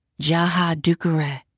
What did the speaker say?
jaha dukureh,